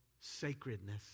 sacredness